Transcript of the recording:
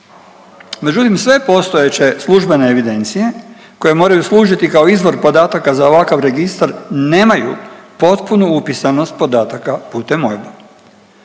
Međutim, sve postojeće službene evidencije koje moraju služiti kao izvor podataka za ovakav registar, nemaju potpunu upisanost podataka putem OIB-a.